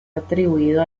atribuido